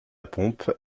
pompe